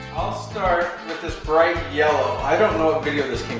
i'll start with this bright yellow. i don't know what video this came